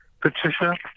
Patricia